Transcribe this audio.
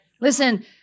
Listen